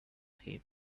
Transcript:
him